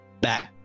back